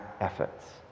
efforts